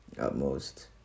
utmost